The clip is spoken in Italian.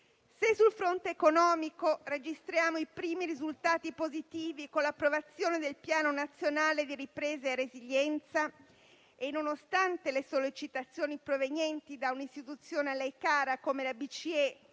Se sul fronte economico registriamo i primi risultati positivi con l'approvazione del Piano nazionale di ripresa e resilienza, e nonostante le sollecitazioni provenienti da un'istituzione a lei cara come la Banca